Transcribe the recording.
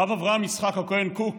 הרב אברהם יצחק הכהן קוק,